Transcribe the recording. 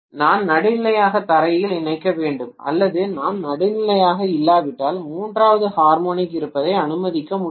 நான் நடுநிலையாக தரையில் இணைக்க வேண்டும் அல்லது நான் நடுநிலையாக இல்லாவிட்டால் மூன்றாவது ஹார்மோனிக் இருப்பதை அனுமதிக்க முடியாது